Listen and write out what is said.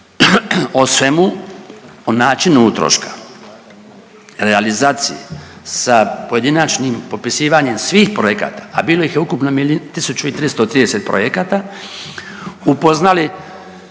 o svemu o načinu utroška realizacije sa pojedinačnim popisivanjem svih projekata, a bilo ih je ukupno 1330 projekata upoznali